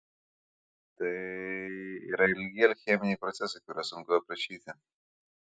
tai yra ilgi alcheminiai procesai kuriuos sunku aprašyti